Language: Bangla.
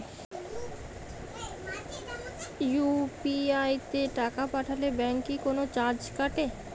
ইউ.পি.আই তে টাকা পাঠালে ব্যাংক কি কোনো চার্জ কাটে?